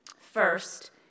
First